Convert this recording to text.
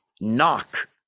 Knock